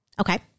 Okay